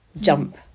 jump